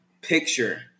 picture